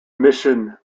mission